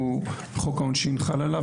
חוק העונשין חל עליו.